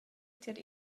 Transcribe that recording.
tier